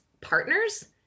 partners